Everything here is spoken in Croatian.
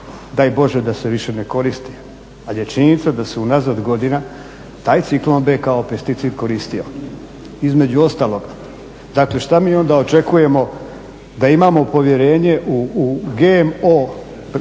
daj Bože da se više ne koristi, ali je činjenica da se unazad godina taj ciklon B kao pesticid koristio. Između ostaloga dakle šta mi onda očekujemo da imamo povjerenje u GMO proizvode,